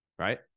Right